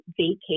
vacate